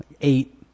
eight